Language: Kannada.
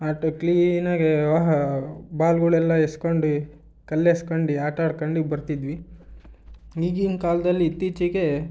ಆಟ ಕ್ಲೀನಾಗಿ ಬಾಲ್ಗಳೆಲ್ಲ ಎಸ್ಕೊಂಡು ಕಲ್ಲು ಎಸ್ಕಂಡು ಆಟಾಡ್ಕಂಡು ಬರ್ತಿದ್ವಿ ಈಗಿನ ಕಾಲದಲ್ಲಿ ಇತ್ತೀಚೆಗೆ